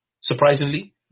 Surprisingly